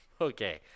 Okay